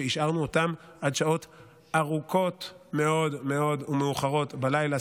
שהשארנו אותם עד שעות ארוכות מאוד מאוד מאוחרות בלילה.